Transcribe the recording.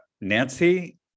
Nancy